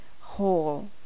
whole